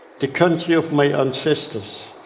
the country of my ancestors,